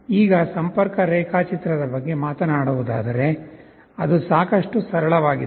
ಈಗ ಸಂಪರ್ಕ ರೇಖಾಚಿತ್ರದ ಬಗ್ಗೆ ಮಾತನಾಡುವುದಾದರೆ ಅದು ಸಾಕಷ್ಟು ಸರಳವಾಗಿದೆ